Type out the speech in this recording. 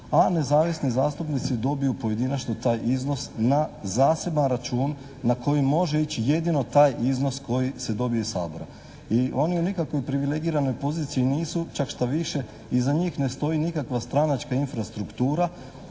a nezavisni zastupnici dobiju pojedinačno taj iznos na zaseban račun na koji može ići jedino taj iznos koji se dobije iz Sabora i oni u nikakvoj privilegiranoj poziciji nisu, čak štaviše iza njih ne stoji nikakva stranačka infrastruktura,